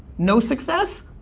no success,